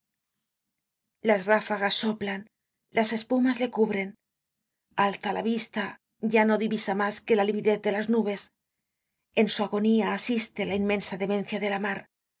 las ráfagas soplan las espumas le cubren alza la vista ya no divisa mas que la lividez de las nubes en su agonia asiste á la inmensa demencia de la mar